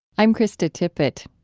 i'm krista tippett.